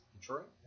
Detroit